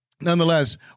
nonetheless